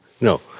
No